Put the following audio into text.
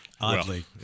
oddly